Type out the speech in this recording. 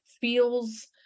feels